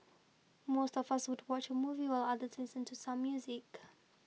most of us would watch a movie while others listen to some music